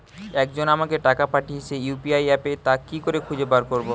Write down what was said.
একজন আমাকে টাকা পাঠিয়েছে ইউ.পি.আই অ্যাপে তা কি করে খুঁজে বার করব?